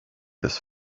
this